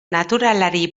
naturalari